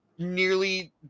nearly